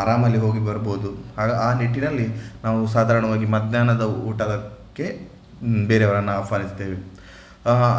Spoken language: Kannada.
ಆರಾಮಲ್ಲಿ ಹೋಗಿ ಬರಬಹುದು ಆ ನಿಟ್ಟಿನಲ್ಲಿ ನಾವು ಸಾಧಾರಣವಾಗಿ ಮಧ್ಯಾಹ್ನದ ಊಟಕ್ಕೆ ಬೇರೆಯವರನ್ನು ಆಹ್ವಾನಿಸ್ತೇವೆ